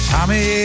Tommy